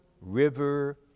river